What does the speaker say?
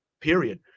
period